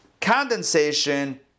condensation